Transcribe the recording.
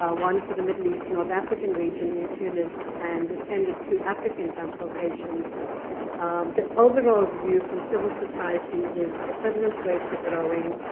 ah one for the middle east north african region in tunis, and attended two african consultations the overall view from civil society is that the prevalence rates are growing.